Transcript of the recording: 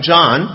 John